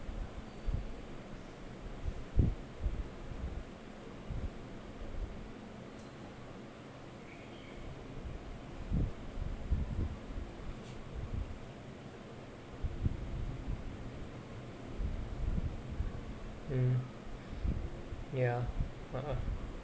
mm ya a'ah